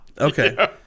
Okay